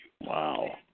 Wow